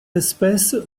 espèce